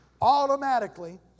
automatically